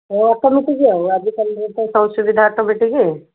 ହଁ ଅଟମେଟିକ୍ ଆଉ ଆଜିକାଲିରେ ତ ସବୁ ସୁବିଧା ଅଟମେଟିକ୍